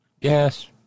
Yes